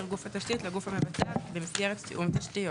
גוף התשתית לגוף המבצע במסגרת תיאום תשתיות,